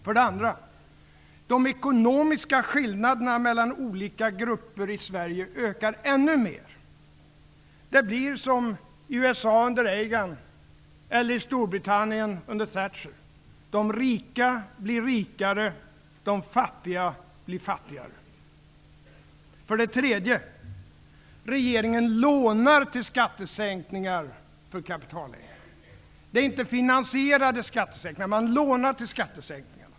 För det andra: De ekonomiska skillnaderna mellan olika grupper i Sverige ökar ännu mer. Det blir som i USA under Reagan och i Storbritannien under Thatcher. De rika blir rikare och de fattiga blir fattigare. För det tredje: Regeringen lånar till skattesänkningar för kapitalägare. Skattesänkningarna är inte finansierade, utan dem lånar man till.